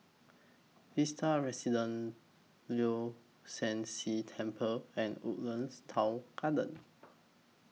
Vista Residences Leong San See Temple and Woodlands Town Garden